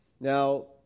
Now